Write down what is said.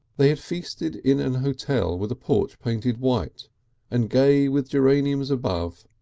they had feasted in an hotel with a porch painted white and gay with geraniums above,